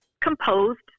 composed